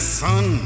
sun